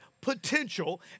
potential